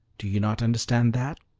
do you not understand that?